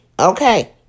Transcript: Okay